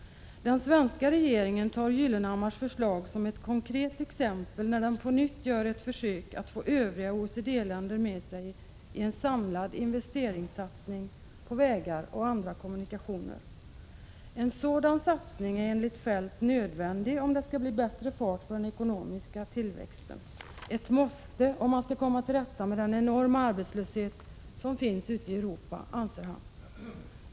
Den svenska regeringen tar Gyllenhammars förslag som ett konkret exempel när den på nytt gör ett försök att få övriga OECD-länder med sig i en samlad investeringssatsning på vägar och andra kommunikationer. En sådan satsning är enligt Feldt nödvändig om det skall bli bättre fart på den ekonomiska tillväxten. Ett måste om man skall komma till rätta med den enorma arbetslöshet som finns ute i Europa, anser han.